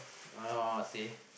oh say